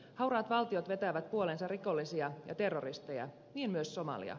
hauraat valtiot vetävät puoleensa rikollisia ja terroristeja niin myös somalia